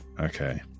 Okay